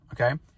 okay